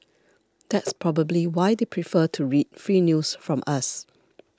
that's probably why they prefer to read free news from us